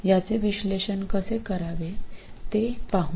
याचे विश्लेषण कसे करावे ते पाहू